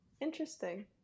interesting